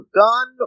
gun